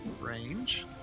range